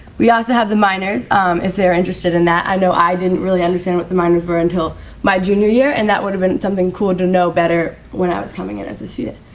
we also have the minors if they are interested in that. i know i didn't really understand what the minors were until my junior year and that would have been something cool to know better when i was coming in as a student.